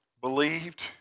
believed